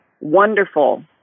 wonderful